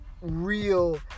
real